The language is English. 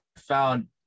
found